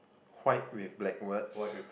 white with black words